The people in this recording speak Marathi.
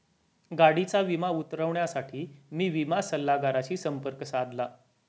गाडीचा विमा उतरवण्यासाठी मी विमा सल्लागाराशी संपर्क साधला